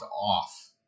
off